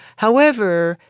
however,